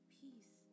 peace